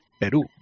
Peru